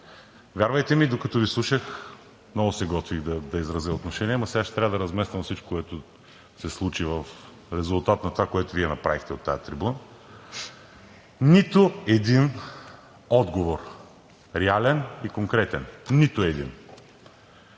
вярвайте ми, докато Ви слушах, много се готвих да изразя отношение, ама сега ще трябва да размествам всичко, което се случи в резултат на това, което Вие направихте от тази трибуна. Нито един отговор – реален и конкретен. Нито един!